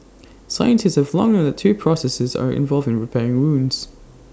scientists have long known that two processes are involved in repairing wounds